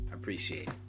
Appreciate